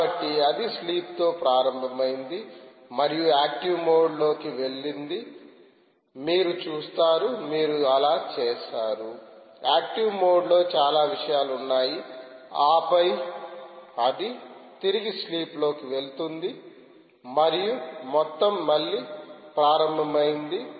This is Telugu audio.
కాబట్టి అది స్లీప్తో ప్రారంభమైంది మరియు యాక్టివ్మోడ్లోకి వెళ్ళింది మీరు చూస్తారు మీరు అలా చేసారు యాక్టివ్మోడ్లో చాలా విషయాలు ఉన్నాయి ఆపై అది తిరిగి స్లీప్లోకి వెళుతుంది మరియు మొత్తం మళ్ళీ ప్రారంభమైంది